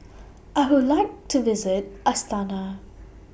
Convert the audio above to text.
I Would like to visit Astana